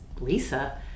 Lisa